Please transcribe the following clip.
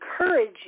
encourage